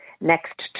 next